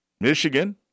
Michigan